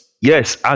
Yes